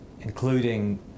including